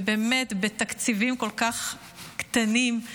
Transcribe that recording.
ובאמת בתקציבים כל כך קטנים,